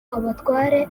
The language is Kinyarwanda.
abatware